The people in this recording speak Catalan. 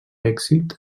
èxit